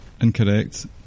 Incorrect